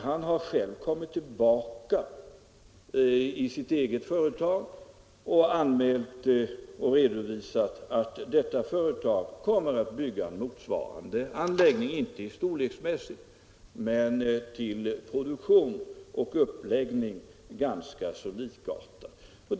Han har kommit tillbaka och anmält att hans eget företag kommer att bygga motsvarande anläggning — inte en storleksmässigt men till produktion och uppläggning ganska likartad anläggning.